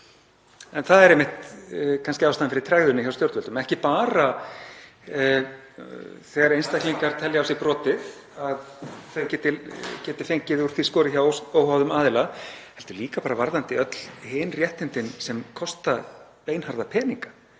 En það er kannski ástæðan fyrir tregðunni hjá stjórnvöldum, ekki bara þegar einstaklingar telja á sér brotið, að þeir geti fengið úr því skorið hjá óháðum aðila, heldur líka varðandi öll hin réttindin sem kosta beinharða peninga.